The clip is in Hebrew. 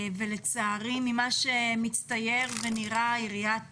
88. לצערי ממה שמצטייר ונראה שעיריית